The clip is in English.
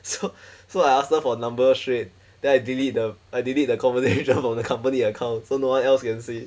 so so I asked her for her number straight then I delete the I delete the conversation from the company account so no one else can see